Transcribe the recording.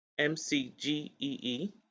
MCGEE